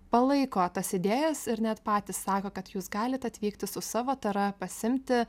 palaiko tas idėjas ir net patys sako kad jūs galit atvykti su savo tara pasiimti